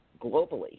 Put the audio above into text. globally